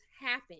happen